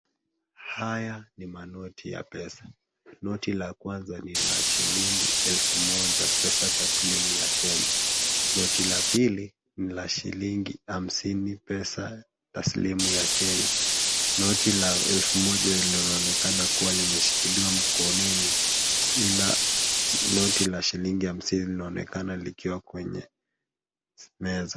Haya ni manoti ya pesa. Noti la kwanza ni la shilingi elfu moja pesa taslimu ya Kenya, noti la pili ni la shilingi hamsini pesa taslimu ya Kenya. Noti la elfu moja linaonekana kuwa limeshikiliwa mkononi ila noti la shillingi hamsini inaonekana kwenye meza.